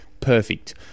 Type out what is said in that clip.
Perfect